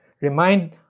Remind